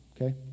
Okay